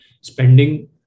spending